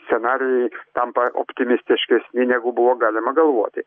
scenarijai tampa optimistiškesni negu buvo galima galvoti